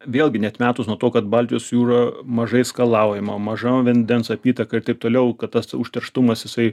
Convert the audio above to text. vėlgi neatmetus nuo to kad baltijos jūra mažai skalaujama maža vandens apytaka ir taip toliau kad tas užterštumas jisai